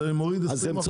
זה מוריד 20% אז מה העניין?